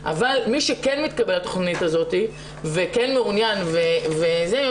אבל מי שכן מתקבל לתכנית הזאת וכן מעוניין, יש